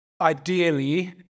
ideally